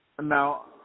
Now